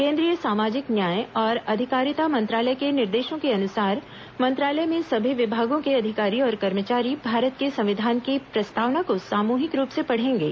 केन्द्रीय सामाजिक न्याय और अधिकारिता मंत्रालय के निर्देशों के अनुसार मंत्रालय में सभी विभागों के अधिकारी और कर्मचारी भारत के संविधान की प्रस्तावना को सामूहिक रूप से पढ़ेंगे